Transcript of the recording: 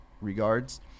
regards